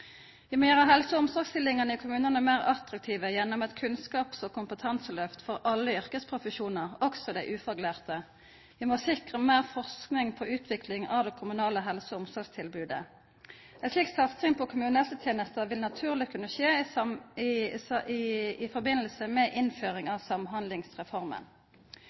i kommunane meir attraktive gjennom eit kunnskaps- og kompetanselyft for alle yrkesprofesjonar, også dei ufaglærte. Vi må sikra meir forsking på utvikling av det kommunale helse- og omsorgstilbodet. Ei slik satsing på kommunehelsetenesta vil naturleg kunne skje i samband med innføring av Samhandlingsreforma.